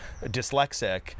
dyslexic